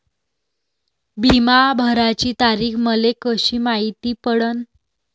बिमा भराची तारीख मले कशी मायती पडन?